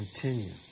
continue